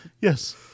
Yes